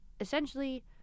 essentially